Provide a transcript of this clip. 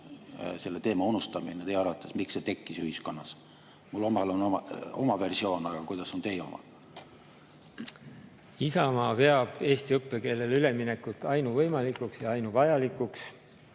selle teema unustamine teie arvates tekkis ühiskonnas? Mul on oma versioon, aga milline on teie oma? Isamaa peab eesti õppekeelele üleminekut ainuvõimalikuks ja vajalikuks.